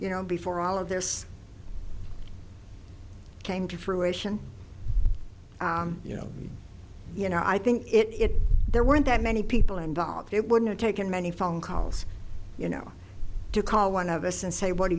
you know before all of this came to fruition you know you know i think it there weren't that many people involved it wouldn't have taken many phone calls you know to call one of us and say what do